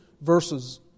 verses